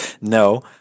No